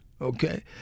Okay